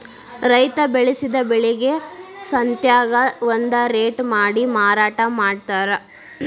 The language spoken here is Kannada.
ರೈತಾ ಬೆಳಸಿದ ಬೆಳಿಗೆ ಸಂತ್ಯಾಗ ಒಂದ ರೇಟ ಮಾಡಿ ಮಾರಾಟಾ ಮಡ್ತಾರ